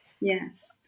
Yes